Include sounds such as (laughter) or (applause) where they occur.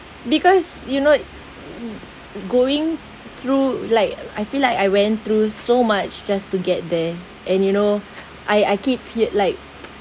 because you know (noise) going through like I feel like I went through so much just to get there and you know I I keep feel like